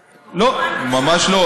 לא, ממש לא.